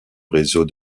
réseau